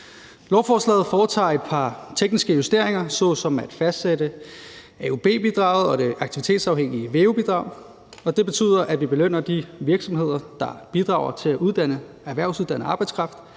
Lovforslaget foretager et par tekniske justeringer såsom at fastsætte AUB-bidraget og det aktivitetsafhængige veu-bidrag, og det betyder, at vi belønner de virksomheder, der bidrager til at uddanne erhvervsuddannet arbejdskraft,